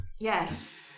yes